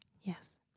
Yes